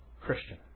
Christian